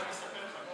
תבוא, אני אספר לך.